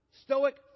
Stoic